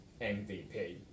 MVP